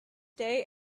day